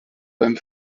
beim